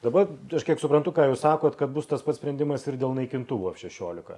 dabar aš kiek suprantu ką jūs sakot kad bus tas pats sprendimas ir dėl naikintuvų ef šešiolika